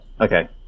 Okay